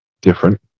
different